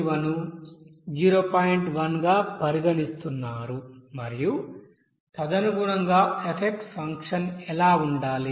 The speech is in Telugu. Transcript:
1 గా పరిగణిస్తున్నారు మరియు తదనుగుణంగా f ఫంక్షన్ ఎలా ఉండాలి